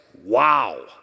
Wow